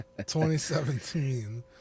2017